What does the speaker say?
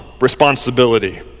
responsibility